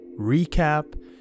recap